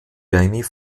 jamie